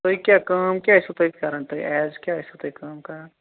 تُہۍ کیٛاہ کٲم کیٛاہ آسِوٕ تۄہہِ کران تُہۍ ایز کیٛاہ آسِوٕ تۄہہِ کٲم کَرَان